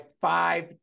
five